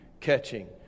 catching